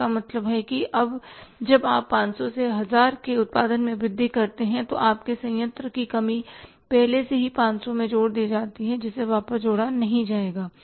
तो इसका मतलब यह है कि जब आप 500 से 1000 के उत्पादन में वृद्धि करते हैं तो आपके संयंत्र की कमी पहले से ही 500 में जोड़ दी जाती है जिसे वापस जोड़ा नहीं जाएगा